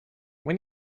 when